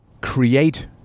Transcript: create